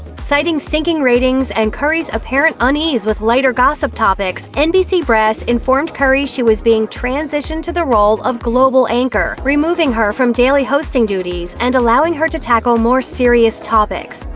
citing sinking ratings and curry's apparent unease with lighter gossip topics, nbc brass informed curry she was being transitioned to the role of global anchor, removing her from daily hosting duties, and allowing her to tackle more serious topics.